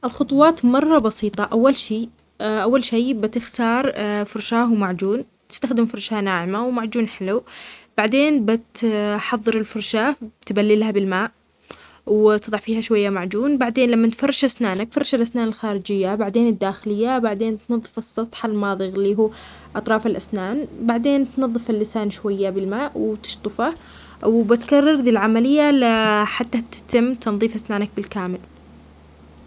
الخطوات مره بسيطة أول شي بتختار فرشاة ومعجون تستخدم فرشاه ناعمة ومعجون حلو بعدين بتحظر الفرشاه بتبللها بالماء وتظع فيها شوية معجون بعدين لما تفرش أسنانك فرش الأسنان الخارجية بعدين الداخلية بعدين تنظف السطح الماظي إللي هو أطراف الأسنان بعدين تنظف اللسان شوية بالماء وتشطفه وبتكرر ذي العملية لحتى تتم تنظيف أسنانك بالكامل.